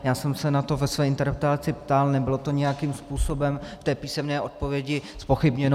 Já jsem se na to ve své interpelaci ptal, nebylo to nějakým způsobem v té písemné odpovědi zpochybněno.